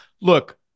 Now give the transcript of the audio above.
look